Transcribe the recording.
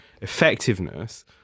effectiveness